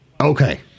Okay